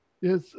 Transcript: Yes